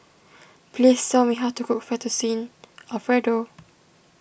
please tell me how to cook Fettuccine Alfredo